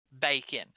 bacon